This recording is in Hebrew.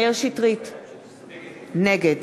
נגד